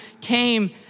came